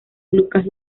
lucas